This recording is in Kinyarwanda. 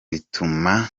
rituma